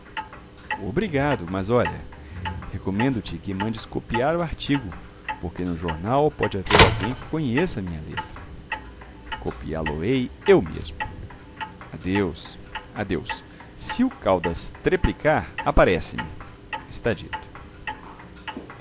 obrigado mas olha recomendo-te que mandes copiar o artigo porque no jornal pode haver alguém que conheça a minha letra copiá lo ei eu mesmo adeus adeus se o caldas treplicar aparece-me está dito